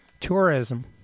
tourism